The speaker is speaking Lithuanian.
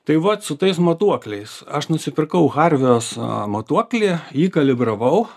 tai va su tais matuokliais aš nusipirkau harvios matuoklį jį kalibravau